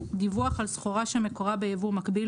דיווח על סחורה שמקורה ביבוא מקביל